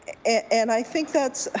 and i think that's